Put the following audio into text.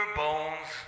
bones